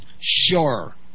sure